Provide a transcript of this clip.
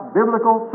biblical